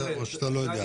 או שאתה לא יודע?